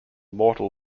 mortal